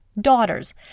daughters